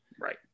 Right